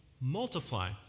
multiply